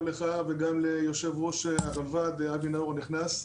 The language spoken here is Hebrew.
גם לך וגם ליושב-ראש הלרב"ד הנכנס,